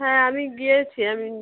হ্যাঁ আমি গিয়েছি আমি